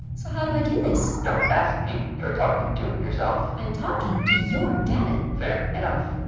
so how do i do this? don't ask me. you're talking to yourself i'm talking to your data fair enough.